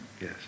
Yes